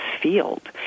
field